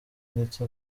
ndetse